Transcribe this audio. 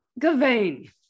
Gavain